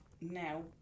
now